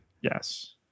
Yes